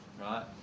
Right